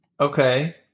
Okay